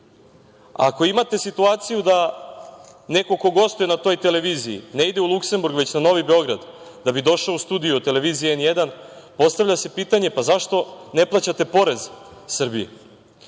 imate situaciju da neko ko gostuje na toj televiziji ne ide u Luksemburg, već na Novi Beograd da bi došao u studio televizije N1, postavlja se pitanje – zašto ne plaćate porez Srbiji? Ovde